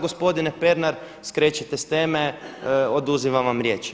gospodine Pernar skrećete s teme, oduzimam vam riječ.